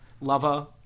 lover